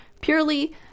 purely